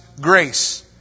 grace